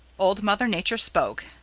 old mother nature spoke,